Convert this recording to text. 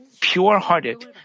pure-hearted